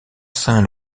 saint